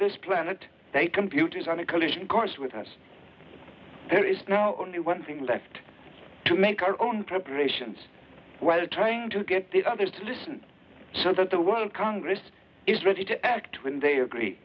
this planet a computer is on a collision course with us there is no only one thing that to make our own preparations whether trying to get the others to listen so that the world congress is ready to act when they agree